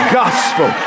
gospel